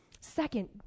Second